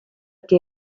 què